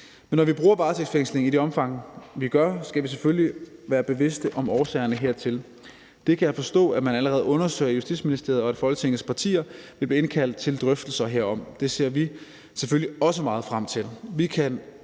Men når vi bruger varetægtsfængsling i det omfang, vi gør, skal vi selvfølgelig være bevidste om årsagerne hertil. Det kan jeg forstå at man allerede undersøger i Justitsministeriet, og jeg kan forstå, at Folketingets partier vil blive indkaldt til drøftelser herom. Det ser vi selvfølgelig også meget frem til.